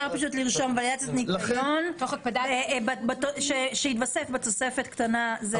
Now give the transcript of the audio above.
אפשר לרשום ולידציית ניקיון שיתווסף בתוספת קטנה זאת וזאת.